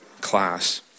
class